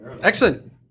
Excellent